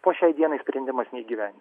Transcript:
po šiai dienai sprendimas negyvent